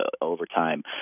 overtime